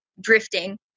drifting